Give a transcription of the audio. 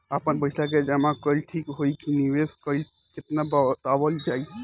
आपन पइसा के जमा कइल ठीक होई की निवेस कइल तइका बतावल जाई?